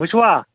وُچھوا